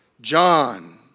John